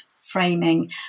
framing